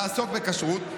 לעסוק בכשרות,